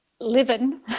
living